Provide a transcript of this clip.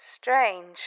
Strange